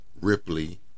Ripley